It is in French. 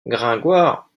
gringoire